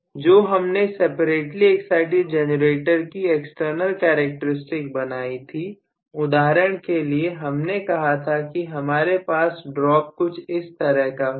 जो हमने separately excited generator की एक्सटर्नल करैक्टेरिस्टिक्स बनाई थी उदाहरण के लिए हमने कहा था कि हमारे पास ड्रॉप कुछ इस तरह का होगा